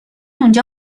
اونجا